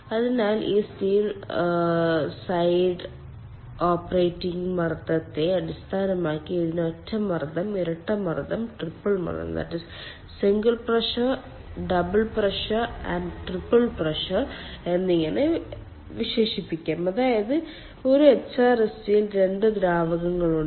അതിനാൽ ഈ steam side operating മർദ്ദത്തെ അടിസ്ഥാനമാക്കി ഇതിനെ ഒറ്റ മർദ്ദം ഇരട്ട മർദ്ദം ട്രിപ്പിൾ മർദ്ദംsingle pressure double pressure and triple pressure എന്നിങ്ങനെ വിശേഷിപ്പിക്കാം അതായത് ഒരു എച്ച്ആർഎസ്ജിയിൽ 2 ദ്രാവകങ്ങൾ ഉണ്ട്